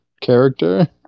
character